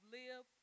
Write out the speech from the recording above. live